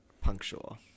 punctual